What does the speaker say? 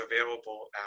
available